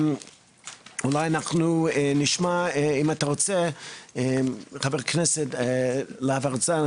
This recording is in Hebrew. אולי אנחנו נשמע את חבר הכנסת יוראי להב הרצנו?